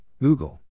Google